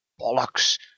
bollocks